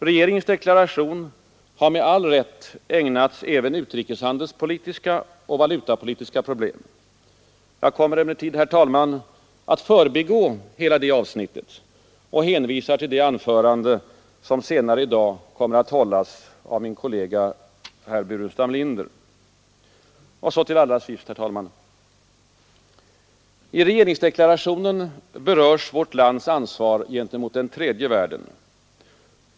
Regeringens deklaration tar med all rätt upp även utrikeshandelspolitiska och valutapolitiska problem. Jag kommer emellertid, herr talman, att förbigå hela det avsnittet och hänvisar till det anförande som senare i dag kommer att hållas av min kollega, herr Burenstam Linder. Och till sist, herr talman: i regeringsdeklarationen berörs vårt lands ansvar gentemot den tredje världen.